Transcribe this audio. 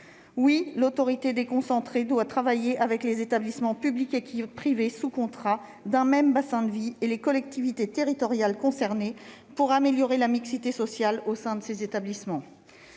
Oui, l'autorité déconcentrée doit travailler avec les établissements publics et privés sous contrat d'un même bassin de vie et avec les collectivités territoriales concernées pour améliorer la mixité sociale au sein de ces établissements.